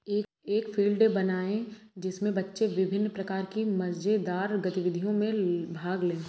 एक field day बनाएं जिसमें बच्चे विभिन्न प्रकार की मजेदार गतिविधियों में भाग लें